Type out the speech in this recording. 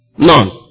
None